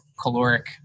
caloric